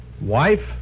Wife